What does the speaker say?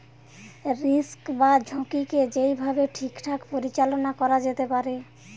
risk বা ঝুঁকিকে যেই ভাবে ঠিকঠাক পরিচালনা করা যেতে পারে